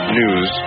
news